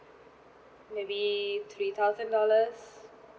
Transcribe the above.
maybe three thousand dollars